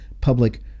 public